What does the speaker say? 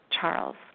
Charles